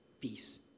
peace